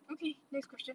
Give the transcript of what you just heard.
okay next question